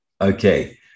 Okay